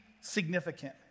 significant